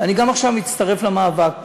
אני גם עכשיו מצטרף למאבק.